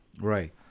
Right